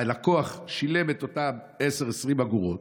הלקוח שילם את אותם 10, 20 אגורות,